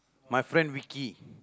my friend Vicky